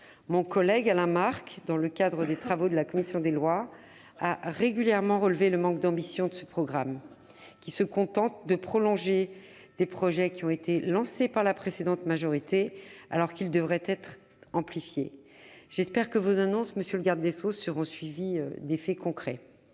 Mon collègue Alain Marc, dans le cadre des travaux de la commission des lois, a régulièrement relevé le manque d'ambition de ce programme, qui se contente de prolonger des projets lancés par la précédente majorité, alors qu'il faudrait les amplifier. J'espère que vos annonces, monsieur le garde des sceaux, seront suivies d'effets concrets.